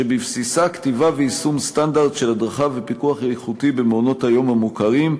שבבסיסה כתיבה ויישום סטנדרט של הדרכה איכותית במעונות-היום המוכרים,